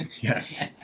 yes